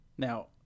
Now